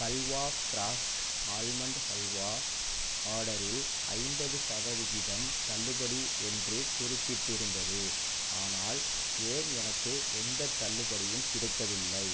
halwa craft almond halwa ஆர்டரில் ஐம்பது சதவிகிதம் தள்ளுபடி என்று குறிப்பிட்டிருந்தது ஆனால் ஏன் எனக்கு எந்தத் தள்ளுபடியும் கிடைக்கவில்லை